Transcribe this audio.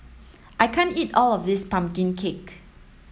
I can't eat all of this pumpkin cake